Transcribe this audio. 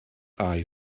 eye